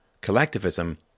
Collectivism